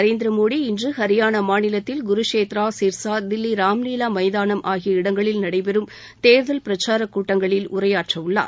நரேந்திர மோடி இன்று ஹரியானா மாநிலத்தில் குருஷேத்ரா சிர்ஸா தில்லி மைதானம் ஆகிய இடங்களில் நடைபெறும் தேர்தல் பிரச்சாரக் கூட்டங்களில் ராம்லீவா உரையாற்றவுள்ளார்